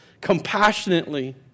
compassionately